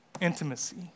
intimacy